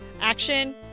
Action